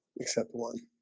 except one